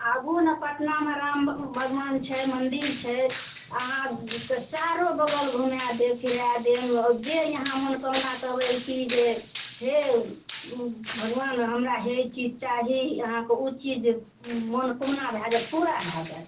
आबू ने पटनामे राम भगबान छै मंदिर छै अहाँके चारू बगल घूमाए देब फिरा देब जे अहाँ मोनकामना करबै की जे हे भगबान हमरा हे ई चीज चाही अहाँके ओ चीज मनोकामना भए जाएत पूरा भए जाएत